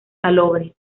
salobre